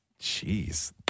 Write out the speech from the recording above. Jeez